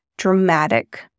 Dramatic